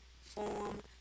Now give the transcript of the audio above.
form